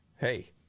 hey